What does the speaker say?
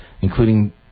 including